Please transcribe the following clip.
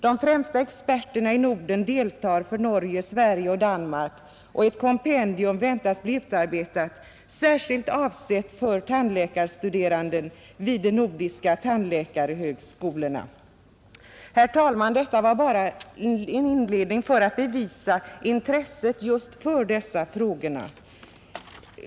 De främsta experterna i Norden deltar för Norge, Sverige och Danmark, och ett kompendium väntas bli utarbetat, särskilt avsett för tandläkarstuderande vid de nordiska tandläkarhögskolorna. Herr talman! Detta var bara en inledning för att belysa intresset just för dessa frågor.